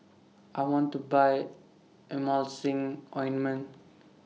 I want to Buy Emulsying Ointment